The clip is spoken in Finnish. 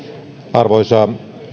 arvoisa rouva